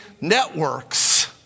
networks